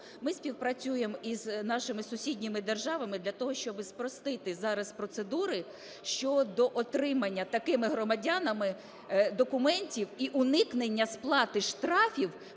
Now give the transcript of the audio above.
Ми співпрацюємо і з нашими сусідніми державами для того, щоб спростити зараз процедури щодо отримання такими громадянами документів і уникнення сплати штрафів